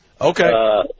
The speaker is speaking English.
Okay